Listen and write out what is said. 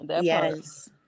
Yes